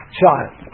child